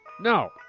No